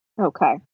Okay